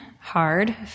hard